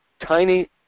tiny